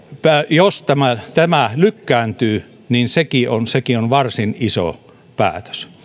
jos tämä tämä lykkääntyy niin sekin on sekin on varsin iso päätös